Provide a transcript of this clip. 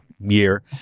year